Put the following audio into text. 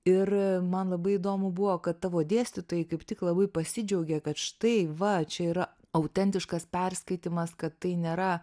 ir man labai įdomu buvo kad tavo dėstytojai kaip tik labai pasidžiaugė kad štai va čia yra autentiškas perskaitymas kad tai nėra